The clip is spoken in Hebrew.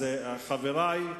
אז חברי,